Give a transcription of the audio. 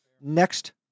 Next